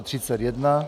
31.